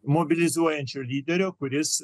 mobilizuojančiu lyderio kuris